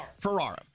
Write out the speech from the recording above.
Ferrara